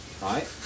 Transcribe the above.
right